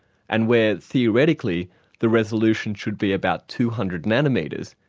and where theoretically the resolution should be about two hundred nanometres,